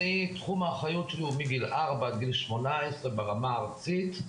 תחום האחריות שלי הוא מגיל 4 עד גיל 18 ברמה הארצית.